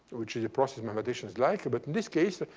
which is a process mathematicians like. but in this case,